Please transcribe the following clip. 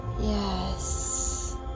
Yes